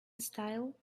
style